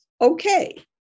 okay